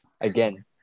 Again